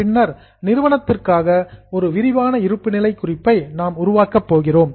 பின்னர் நிறுவனத்திற்காக ஒரு விரிவான இருப்புநிலை குறிப்பை நாம் உருவாக்கப் போகிறோம்